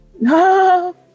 no